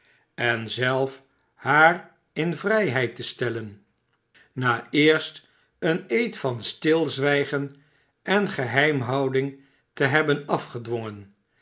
en zelf haar in vrijheid te stelifk na haar eerst een ee van st lzw ijg en en geheimhouding te hebben afgedwongen